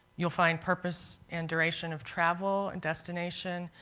you'll find purpose and duration of travel and destination.